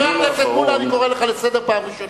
חבר הכנסת מולה, אני קורא לך לסדר פעם ראשונה.